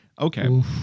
Okay